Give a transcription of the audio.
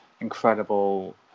incredible